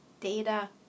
data